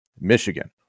Michigan